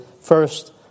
first